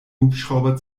hubschrauber